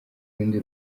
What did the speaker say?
rundi